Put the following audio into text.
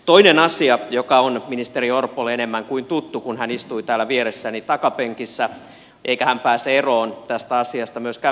toinen asia joka on ministeri orpolle enemmän kuin tuttu kun hän istui täällä vieressäni takapenkissä eikä hän pääse eroon tästä asiasta myöskään ministeriaitiossa on hevosenlannanpoltto